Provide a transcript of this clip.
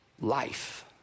life